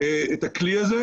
את הכלי הזה.